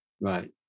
Right